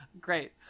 Great